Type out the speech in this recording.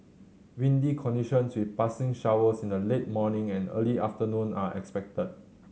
windy conditions with passing showers in the late morning and early afternoon are expected